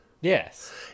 Yes